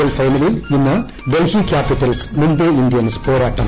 L ഫൈനലിൽ ഇന്ന് Delhi Capitals Mumbai Indians പോരാട്ടം